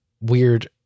weird